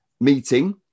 meeting